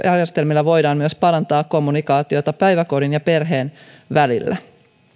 järjestelmillä voidaan myös parantaa kommunikaatiota päiväkodin ja perheen välillä